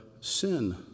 sin